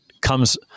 comes